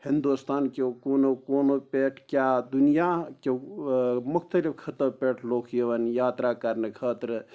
ہِنٛدوستان کٮ۪و کوٗنو کوٗنو پٮ۪ٹھ کیاہ دُنیا کہ مختلف خٕطَو پٮ۪ٹھ لُکھ یِوان یاترا کَرنہٕ خٲطرٕ